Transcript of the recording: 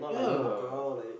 yeah